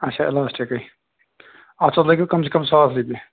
اچھا ایٚلاسٹیکٕے اَتھ حظ لگوٕ کَم سے کَم ساس رۅپیہِ